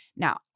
Now